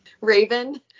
raven